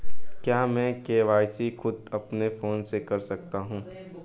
क्या मैं के.वाई.सी खुद अपने फोन से कर सकता हूँ?